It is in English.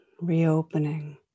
Reopening